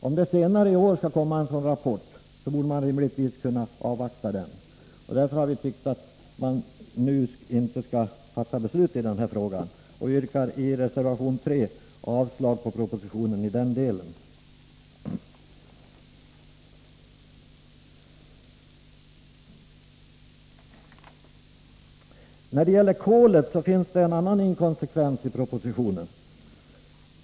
Om det senare i år skall komma en sådan rapport, borde man rimligtvis kunna avvakta den. Vi har därför tyckt att man nu inte bör fatta beslut i denna fråga. Vi yrkar i reservation 3 avslag på propositionen i den delen. När det gäller kolet finns det en annan inkonsekvens i propositionen.